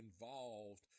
involved